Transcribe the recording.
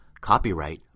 copyright